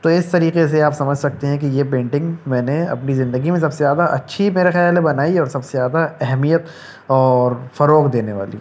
تو اس طریقے سے آپ سمجھ سکتے ہیں کہ یہ پینٹنگ میں نے اپنی زندگی میں سب سے زیادہ اچھی میرا خیال ہے بنائی ہے اور سب سے زیادہ اہمیت اور فروغ دینے والی